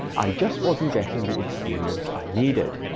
i just wasn't getting the experience i needed.